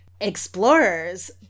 explorers